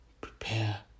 Prepare